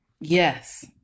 Yes